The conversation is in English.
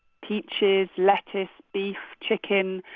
peaches, lettuce, beef, chicken,